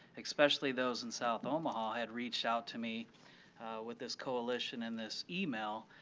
especially those in south omaha, had reached out to me with this coalition and this email,